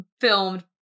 filmed